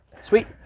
sweet